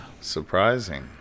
Surprising